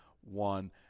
one